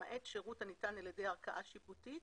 למעט שירות הניתן על ידי ערכאה שיפוטית